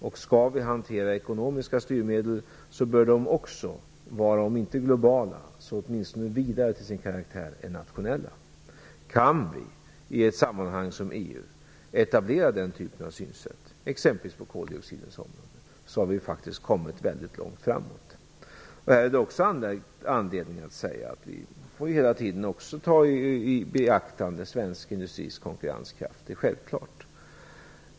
Om vi skall hantera ekonomiska styrmedel bör de också vara, om inte globala, så åtminstone vidare till sin karaktär än nationella. Om vi kan etablera detta synsätt exempelvis när det gäller koldioxiden har vi faktiskt kommit långt. Vi får naturligtvis hela tiden beakta svensk industris konkurrenskraft.